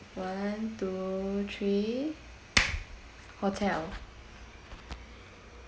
one two three hotel